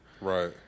Right